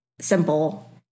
simple